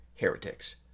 heretics